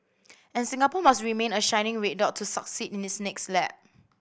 and Singapore must remain a shining red dot to succeed in its next lap